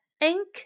Ink